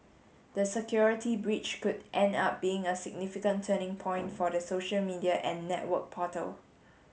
the security breach could end up being a significant turning point for the social media and network portal